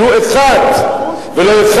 ולו אחד,